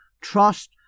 trust